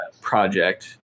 project